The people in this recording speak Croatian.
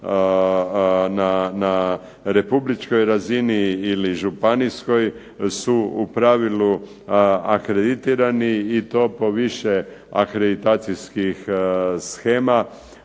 na republičkoj razini ili županijskoj su u pravilu akreditirani i to po više akreditacijskih shema,